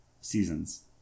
seasons